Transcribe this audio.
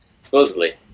Supposedly